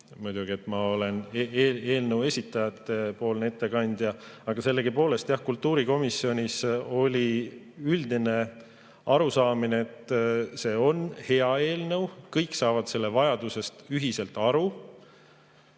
mind, mina olen eelnõu esitajate ettekandja. Sellegipoolest, jah, kultuurikomisjonis oli üldine arusaamine, et see on hea eelnõu, kõik saavad selle vajalikkusest üheselt aru.